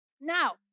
Now